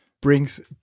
brings